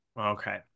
Okay